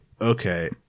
okay